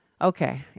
okay